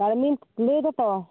ᱠᱟᱹᱢᱤ ᱠᱩᱞᱟᱭᱮᱫᱟ ᱛᱚ